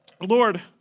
Lord